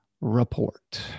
report